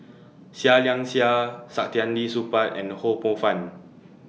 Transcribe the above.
Seah Liang Seah Saktiandi Supaat and Ho Poh Fun